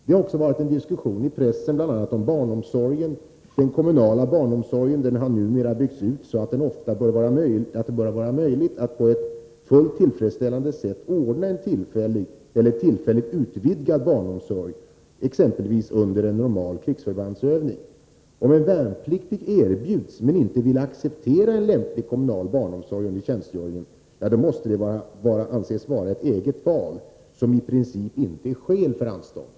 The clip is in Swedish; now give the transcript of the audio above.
Det har varit en diskussion i pressen om bl.a. barnomsorgen. Den kommunala barnomsorgen har numera byggts ut i en sådan omfattning att det ofta bör vara möjligt att på ett fullt tillfredsställande sätt ordna en tillfällig eller en tillfälligt utvidgad barnomsorg, exempelvis under en normal krigsförbandsövning. Om en värnpliktig erbjuds men inte vill acceptera en lämplig kommunal barnomsorg under tjänstgöringen, måste det anses vara ett eget val, som i princip inte är ett skäl för anstånd.